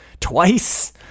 twice